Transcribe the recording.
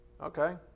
Okay